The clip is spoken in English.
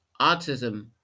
autism